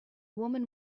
woman